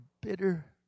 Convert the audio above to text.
bitter